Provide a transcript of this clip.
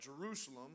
Jerusalem